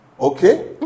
Okay